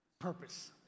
Purpose